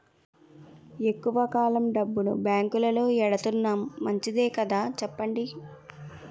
ఎక్కువ కాలం డబ్బును బాంకులో ఎడతన్నాం మంచిదే కదా చెప్పండి